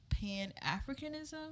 pan-africanism